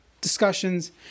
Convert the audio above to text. discussions